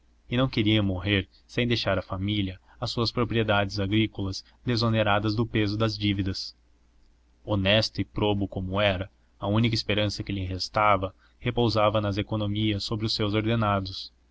e não queria morrer sem deixar à família as suas propriedades agrícolas desoneradas do peso das dívidas honesto e probo como era a única esperança que lhe restava repousava nas economias sobre os seus ordenados